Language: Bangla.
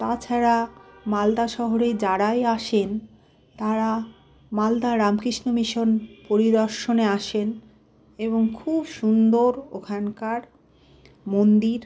তাছাড়া মালদা শহরে যারাই আসেন তারা মালদা রামকৃষ্ণ মিশন পরিদর্শনে আসেন এবং খুব সুন্দর ওখানকার মন্দির